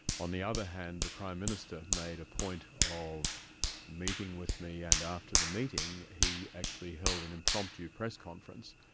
on the other hand, the prime minister made a point of meeting with me and after the meeting he actually held an impromptu press conference,